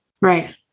Right